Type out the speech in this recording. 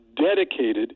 dedicated